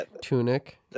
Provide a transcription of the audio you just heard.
Tunic